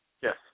Yes